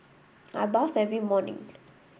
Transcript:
I bath every morning